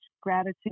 gratitude